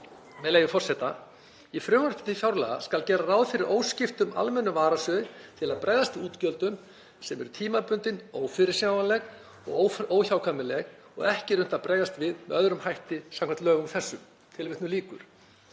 með leyfi forseta: „Í frumvarpi til fjárlaga skal gera ráð fyrir óskiptum almennum varasjóði til að bregðast við útgjöldum sem eru tímabundin, ófyrirsjáanleg, óhjákvæmileg og ekki er unnt að bregðast við með öðrum hætti samkvæmt lögum þessum.“ Í fjárlögum